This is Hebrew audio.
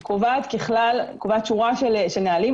היא קובעת שורת נהלים,